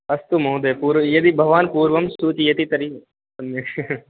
अस्तु महोदय यदि भवान् पूर्वं सूचयति तर्हि सम्यक्